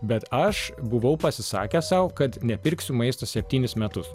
bet aš buvau pasisakęs sau kad nepirksiu maisto septynis metus